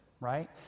right